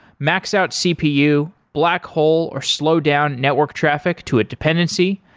max out cpu, blackhole or slow down network traffic to a dependency,